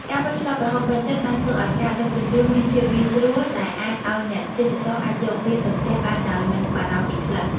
ការវេចខ្ចប់ប្រហុកបិទជិតបានធ្វើឱ្យការដឹកជញ្ជូនមានភាពងាយស្រួល ដែលអាចឱ្យអ្នកទេសចរណ៍អាចយកវាទៅផ្ទះបានដោយមិនបារម្ភពីក្លិន។